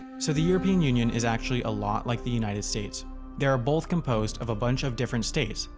so the european union is actually a lot like the united states they are both composed of a bunch of different states,